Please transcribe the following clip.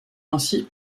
ainsi